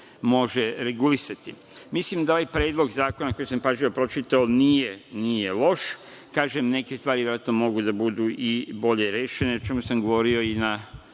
može regulisati. Mislim da ovaj Predlog zakona koji sam pažljivo pročitao, nije loš, kažem, neke stvari verovatno mogu da budu i bolje rešene, o čemu sam govorio i na